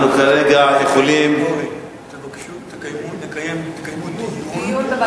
תבקשו לקיים דיון בוועדה.